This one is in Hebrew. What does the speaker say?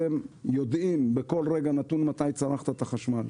יודעים בכל רגע נתון מתי צרכת חשמל.